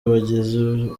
abagenzi